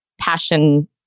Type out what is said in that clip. passion